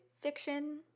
fiction